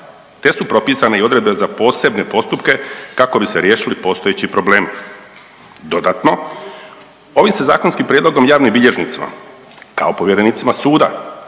te su propisane i odredbe za posebne postupke kako bi se riješili postojeći problemi. Dodatno, ovim se zakonskim prijedlogom javnim bilježnicima kao povjerenicima suda